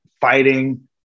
fighting